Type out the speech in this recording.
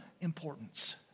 importance